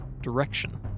direction